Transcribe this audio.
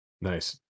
Nice